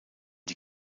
die